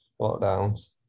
lockdowns